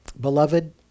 Beloved